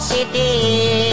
City